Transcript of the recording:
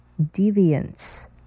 deviance